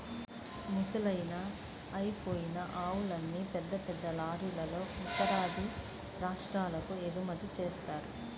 ముసలయ్యి అయిపోయిన ఆవుల్ని పెద్ద పెద్ద లారీలల్లో ఉత్తరాది రాష్ట్రాలకు ఎగుమతి జేత్తన్నారు